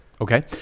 Okay